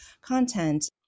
content